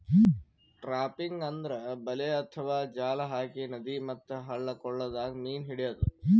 trapping ಅಂದ್ರ ಬಲೆ ಅಥವಾ ಜಾಲ್ ಹಾಕಿ ನದಿ ಮತ್ತ್ ಹಳ್ಳ ಕೊಳ್ಳದಾಗ್ ಮೀನ್ ಹಿಡ್ಯದ್